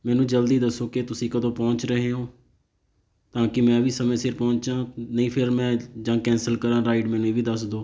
ਮੈਨੂੰ ਜਲਦੀ ਦੱਸੋ ਕਿ ਤੁਸੀਂ ਕਦੋਂ ਪਹੁੰਚ ਰਹੇ ਹੋ ਤਾਂ ਕਿ ਮੈਂ ਵੀ ਸਮੇਂ ਸਿਰ ਪਹੁੰਚਾ ਨਹੀਂ ਫਿਰ ਮੈਂ ਜਾਂ ਕੈਂਸਲ ਕਰਾਂ ਰਾਈਡ ਮੈਨੂੰ ਵੀ ਇਹ ਦੱਸ ਦਿਓ